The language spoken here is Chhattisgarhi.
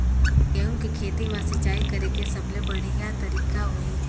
गंहू के खेती मां सिंचाई करेके सबले बढ़िया तरीका होही?